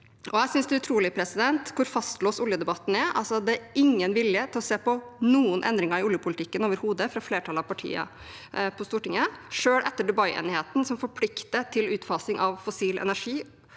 Jeg synes det er utrolig hvor fastlåst oljedebatten er. Det er overhodet ingen vilje til å se på endringer i oljepolitikken fra flertallet av partiene på Stortinget, selv etter Dubai-enigheten som forplikter til utfasing av fossil energi,